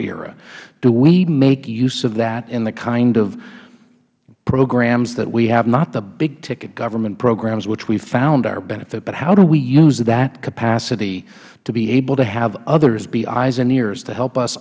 era do we make use of that in the kind of programs that we have not the big ticket government programs where we have found our benefit how do we use that capacity to be able to have others be eyes and ears to help us